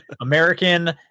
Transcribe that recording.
American